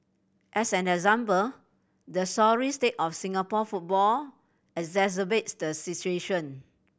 as an example the sorry state of Singapore football exacerbates the situation